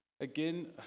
again